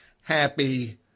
happy